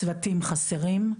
צוותים חסרים,